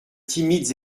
timides